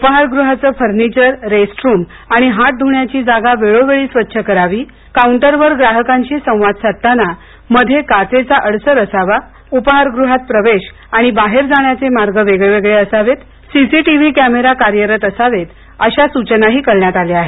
उपाहारगृहाचं furniture rest room आणि हात धुण्याची जागा वेळोवेळी स्वच्छ करावी काउंटरवर ग्राहकांशी संवाद साधताना मध्ये काचेचा अडसर असावं उपाहारगृहात प्रवेश आणि बाहेर जाण्याचे मार्ग वेगळे असावेत सीसीटीव्ही कॅमेरा कार्यरत असावेत अशा सूचना करण्यात आल्या आहेत